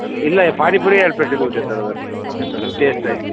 ಇಲ್ಲ ಪಾನಿಪುರಿ ಎರ್ಡು ಪ್ಲೇಟ್ ತಿಂದ್ಬಿಟ್ಟೆ ಸರ್ ಅದನ್ನು ಟೆಸ್ಟಾಗಿ